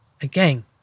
again